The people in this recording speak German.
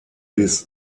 bis